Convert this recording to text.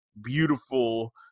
beautiful